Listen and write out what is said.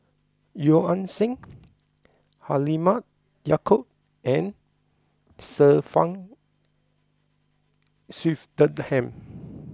Yeo Ah Seng Halimah Yacob and Sir Frank Swettenham